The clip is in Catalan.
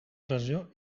pressió